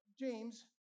James